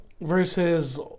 Versus